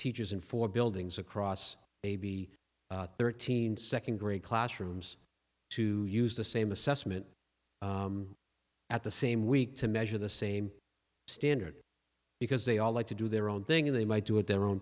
teachers in four buildings across maybe thirteen second grade classrooms to use the same assessment at the same week to measure the same standard because they all like to do their own thing they might do it their own